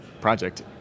project